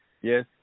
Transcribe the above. Yes